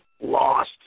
lost